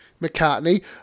McCartney